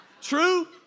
True